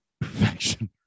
perfection